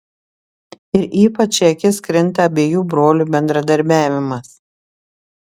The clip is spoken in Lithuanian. ir ypač į akis krinta abiejų brolių bendradarbiavimas